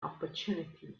opportunity